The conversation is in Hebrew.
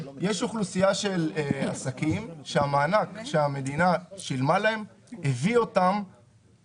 יש אוכלוסייה של עסקים שהמענק שהמדינה שילמה להם הביא אותם